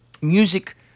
music